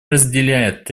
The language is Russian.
разделяет